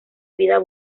vida